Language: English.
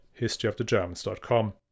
historyofthegermans.com